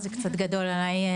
זה קצת גדול עליי.